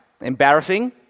Embarrassing